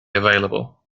available